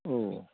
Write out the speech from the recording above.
औ